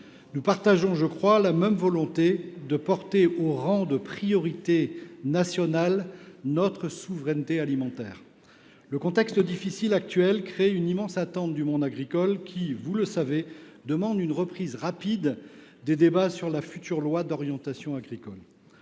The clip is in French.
Nous partageons, je crois, la volonté de porter au rang de priorité nationale notre souveraineté alimentaire. Le contexte difficile actuel suscite une immense attente du monde agricole, qui demande, vous le savez, une reprise rapide des débats sur la future loi d’orientation agricole.